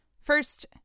First